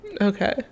okay